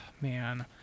Man